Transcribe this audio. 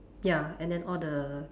ya and then all the